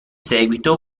seguito